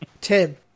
Tim